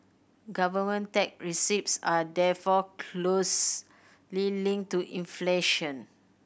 government tax receipts are therefore closely linked to inflation